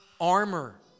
armor